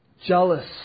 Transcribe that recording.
jealous